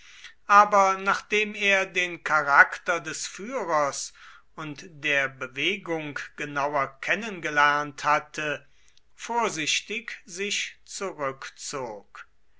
aber nachdem er den charakter des führers und der bewegung genauer kennengelernt hatte vorsichtig sich zurückzog